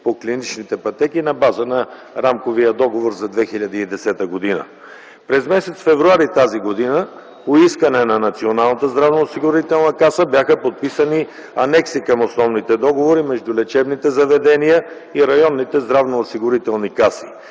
по клиничните пътеки на база на Рамковия договор за 2010г. През м. февруари т.г. по искане на Националната здравноосигурителна каса бяха подписани анекси към основните договори между лечебните заведения и районните здравноосигурителни каси.